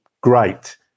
great